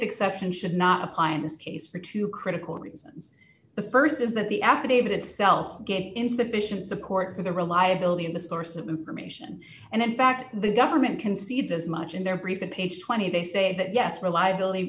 exception should not apply in this case for two critical reasons the st is that the affidavit itself insufficient support for the reliability of the source of information and in fact the government concedes as much in their brief in page twenty they say that yes reliability